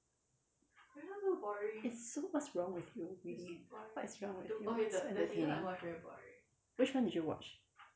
it's so what's wrong with you really what is wrong with you it's so entertaining which one did you watch